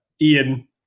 Ian